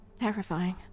Terrifying